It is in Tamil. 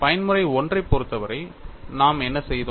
பயன்முறை I ஐப் பொறுத்தவரை நாம் என்ன செய்தோம்